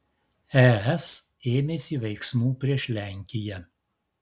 es ėmėsi veiksmų prieš lenkiją